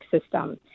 system